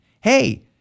Hey